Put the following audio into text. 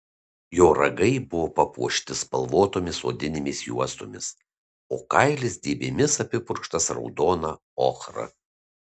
jo ragai buvo papuošti spalvotomis odinėmis juostomis o kailis dėmėmis apipurkštas raudona ochra